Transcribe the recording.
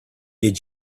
did